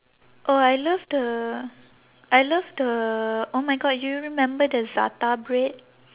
oh I love the I love the oh my god do you remember the za'atar bread